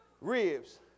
Ribs